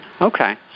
Okay